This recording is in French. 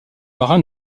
marin